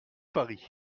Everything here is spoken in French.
paris